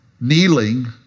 kneeling